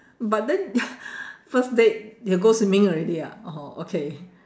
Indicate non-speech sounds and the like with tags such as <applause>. but then <coughs> first date you go swimming already ah orh okay